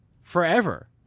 forever